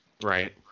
Right